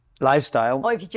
Lifestyle